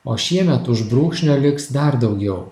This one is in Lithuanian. o šiemet už brūkšnio liks dar daugiau